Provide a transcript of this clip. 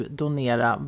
donera